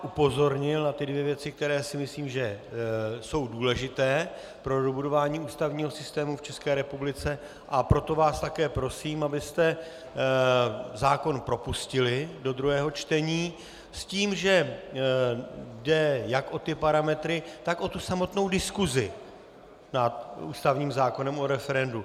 Upozornil jsem na dvě věci, které si myslím, že jsou důležité pro dobudování ústavního systému v České republice, a proto vás také prosím, abyste zákon propustili do druhého čtení s tím, že jde jak o parametry, tak o samotnou diskusi nad ústavním zákonem o referendu.